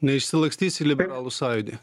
neišsilakstys į liberalų sąjūdį